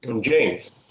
James